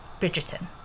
Bridgerton